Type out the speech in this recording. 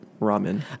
ramen